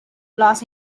los